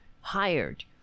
hired